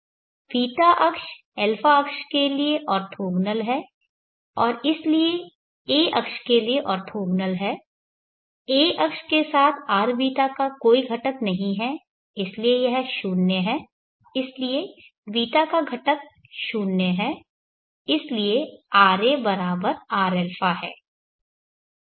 β अक्ष α अक्ष के लिए ऑर्थोगोनल है और इसलिए a अक्ष के लिए ऑर्थोगोनल है a अक्ष के साथ rβ का कोई घटक नहीं है इसलिए यह 0 है इसलिए β का घटक 0 है इसलिए ra बराबर rα है